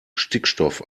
stickstoff